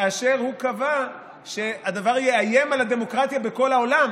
כאשר הוא קבע שהדבר יאיים על הדמוקרטיה בכל העולם.